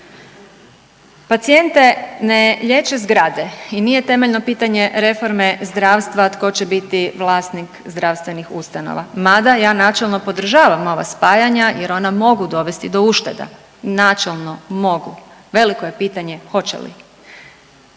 pacijente ne liječe zgrade i nije temeljno pitanje reforme zdravstva tko će biti vlasnik zdravstvenih ustanova. Mada ja načelno podržavam ova spajanja, jer ona mogu dovesti do uštede. Načelno mogu. Veliko je pitanje hoće li.